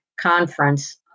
conference